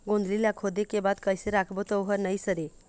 गोंदली ला खोदे के बाद कइसे राखबो त ओहर नई सरे?